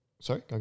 Sorry